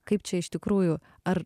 kaip čia iš tikrųjų ar